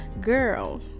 girl